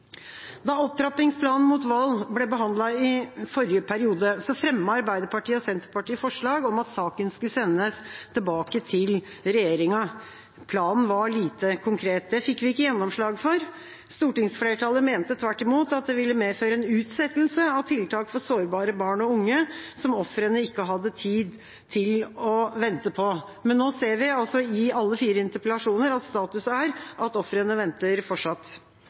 Da opptrappingsplanen mot vold ble behandlet i forrige periode, fremmet Arbeiderpartiet og Senterpartiet forslag om at saken skulle sendes tilbake til regjeringa. Planen var lite konkret. Det fikk vi ikke gjennomslag for. Stortingsflertallet mente tvert imot at det ville medføre en utsettelse av tiltak for sårbare barn og unge, som ofrene ikke hadde tid til å vente på. Men nå ser vi altså i alle fire interpellasjoner at status er at ofrene venter fortsatt.